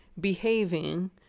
behaving